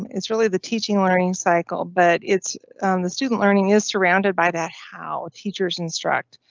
it's really the teaching learning cycle, but it's the student. learning is surrounded by that. how teachers instruct,